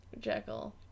Jekyll